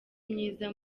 myiza